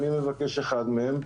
אני מבקש אחד מהם.